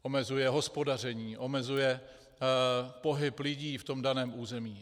Omezuje hospodaření, omezuje pohyb lidí v tom daném území.